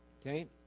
Okay